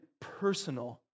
personal